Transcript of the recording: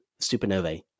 supernovae